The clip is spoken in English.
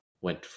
went